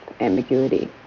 ambiguity